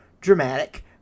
dramatic